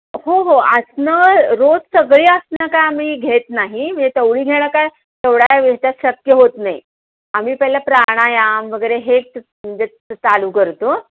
हो हो आसनं रोज सगळी आसनं काय आम्ही घेत नाही म्हणजे तेवढी घेणं काय तेवढ्या शक्य होत नाही आम्ही पहिलं प्राणायाम वगैरे हे म्हणजे चालू करतो